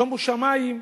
שומו שמים,